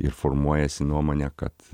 ir formuojasi nuomonė kad